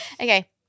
Okay